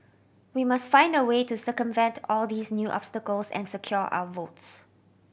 we must find a way to circumvent all these new obstacles and secure our votes